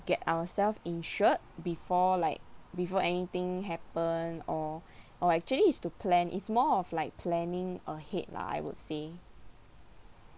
get ourself insured before like before anything happen or or actually it's to plan it's more of like planning ahead lah I would say